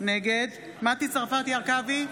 נגד מטי צרפתי הרכבי,